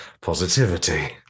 positivity